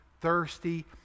thirsty